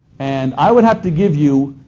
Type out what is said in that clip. and i would have to give you